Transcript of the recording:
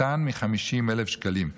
קטן מ-50,000 שקלים".